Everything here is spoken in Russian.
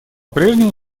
прежнему